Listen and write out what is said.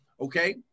Okay